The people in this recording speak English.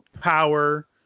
power